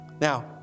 Now